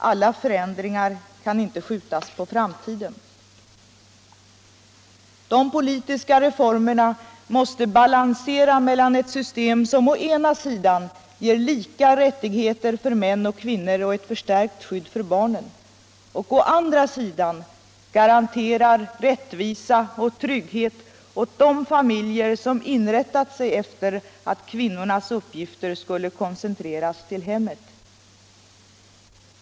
Alla förändringar kan inte skjutas på framtiden. De politiska reformerna måste balansera mellan ett system som å ena sidan ger lika rättigheter för män och kvinnor och ett förstärkt skydd för barnen och som å andra sidan garanterar rättvisa och trygghet åt de familjer som inrättat sig efter att kvinnans uppgifter skulle koncentreras till hemmet.